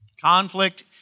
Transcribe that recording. Conflict